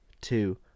two